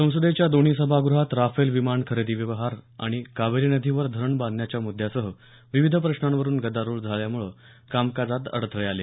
संसदेच्या दोन्ही सभागृहात राफेल विमान खरेदी व्यवहार आणि कावेरी नदीवर धरण बांधण्याच्या मुद्यासह विविध प्रश्नांवरून गदारोळ झाल्यामुळे कामकाजात अडथळे आले